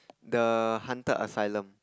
the haunted asylum